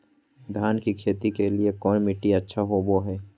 धान की खेती के लिए कौन मिट्टी अच्छा होबो है?